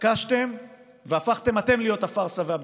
התעקשתם והפכתם אתם להיות הפארסה והבדיחה,